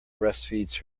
breastfeeds